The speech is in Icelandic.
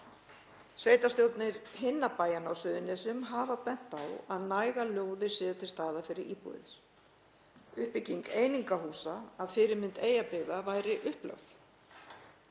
Sveitarstjórnir hinna bæjanna á Suðurnesjum hafa bent á að nægar lóðir séu til staðar fyrir íbúðir. Uppbygging einingahúsa að fyrirmynd Eyjabyggða væri upplögð.